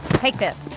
take this.